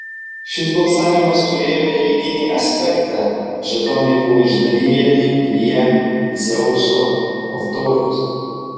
šis balsavimas turėjo religinį aspektą žetonai buvo išdalijami prie dzeuso altoriaus